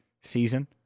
season